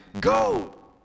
go